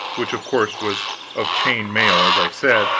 which of course was of chain mail, as i said,